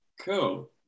Cool